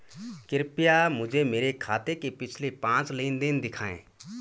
कृपया मुझे मेरे खाते के पिछले पांच लेन देन दिखाएं